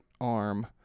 arm